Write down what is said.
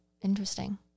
Interesting